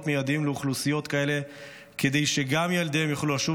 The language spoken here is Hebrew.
המיועדים לאוכלוסיות כאלה כדי שגם ילדיהם יוכלו לשוב